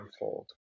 unfold